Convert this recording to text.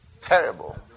terrible